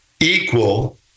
equal